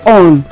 on